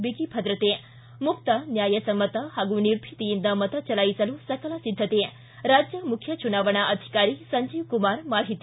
ಬಿಗಿ ಭದ್ರತೆ ಿತಿ ಮುಕ್ತ ನ್ಯಾಯಸಮ್ಮತ ಹಾಗೂ ನಿರ್ಭೀತಿಯಿಂದ ಮತ ಚಲಾಯಿಸಲು ಸಕಲ ಸಿದ್ಧತೆ ರಾಜ್ಯ ಮುಖ್ಯ ಚುನಾವಣಾಧಿಕಾರಿ ಸಂಜೀವ್ಕುಮಾರ್ ಮಾಹಿತಿ